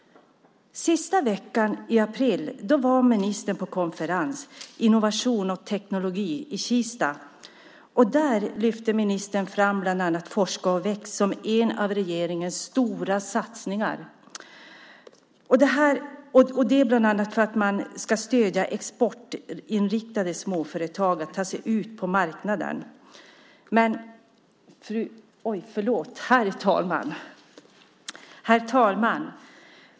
Sista veckan i april var ministern på konferens om innovation och teknologi i Kista. Där lyfte ministern bland annat fram Forska och väx som en av regeringens stora satsningar, och detta bland annat för att man ska stödja exportinriktade småföretag så att de kan ta sig ut på marknaden. Herr talman!